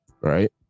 right